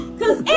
cause